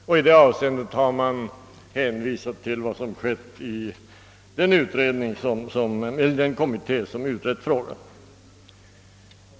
I det sistnämnda avseendet har man hänvisat till vad som skett i den kommitté som utrett frågan.